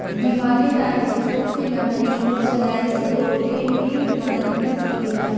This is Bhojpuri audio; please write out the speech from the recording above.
डिमॉनेटाइजेशन से नकली नोट चलाए से रोके में मदद मिल सकेला